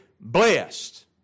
Blessed